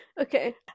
Okay